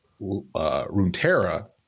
Runeterra